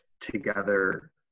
together